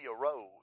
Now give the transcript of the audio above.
arose